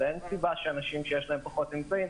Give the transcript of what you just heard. אין סיבה שאנשים שיש להם פחות אמצעים